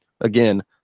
again